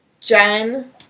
Jen